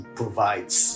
provides